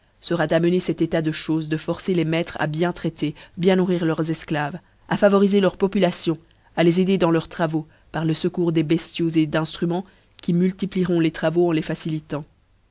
fera d'amener cet état de chofes de forcer les maîtres à bien traiter bien nourrir leurs efclaves à favorifer leur population à les aider dans leurs travaux par le fecours des beftiaux d'inftxumens qui multiplieront les travaux en les facilitant